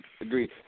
Agreed